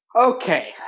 Okay